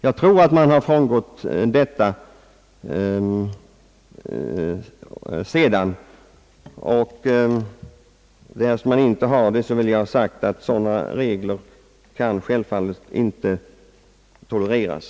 Jag tror att man frångått detta senare, men om man inte gjort det vill jag ha sagt, att sådana regler självfallet inte kan tolereras.